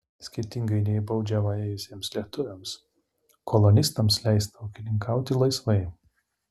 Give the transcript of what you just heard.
skirtingai nei baudžiavą ėjusiems lietuviams kolonistams leista ūkininkauti laisvai